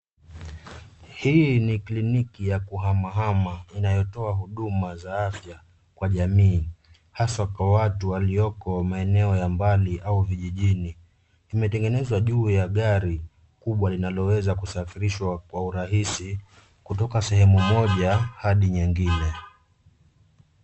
Hii ni kliniki ya kuhamahama inayotoa huduma za afya kwa jamii hasa kwa watu walioko maeneo ya mbali au vijijini. Imetengenezwa juu ya gari kubwa linaloweza kusafirishwa kwa urahisi kutoka sehemu moja hadi nyingine.